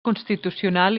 constitucional